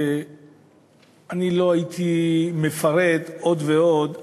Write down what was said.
לא הייתי מפרט עוד ועוד,